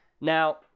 now